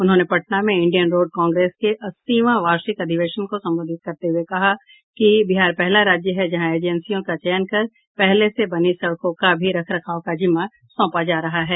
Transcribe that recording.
उन्होंने पटना में Indian Road Congress के अस्सीवां वार्षिक अधिवेशन को संबोधित करते हुये कहा कि बिहार पहला राज्य है जहां एजेंसियों का चयन कर पहले से बनी सड़कों का भी रख रखव का जिम्मा सौंपा जा रहा है